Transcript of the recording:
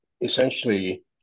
essentially